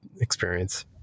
experience